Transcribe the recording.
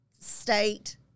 state